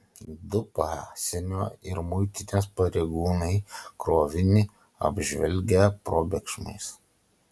du pasienio ir muitinės pareigūnai krovinį apžvelgę probėgšmais